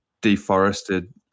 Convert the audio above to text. deforested